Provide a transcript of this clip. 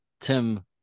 Tim